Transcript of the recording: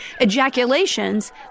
ejaculations